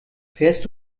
fährst